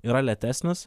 yra lėtesnis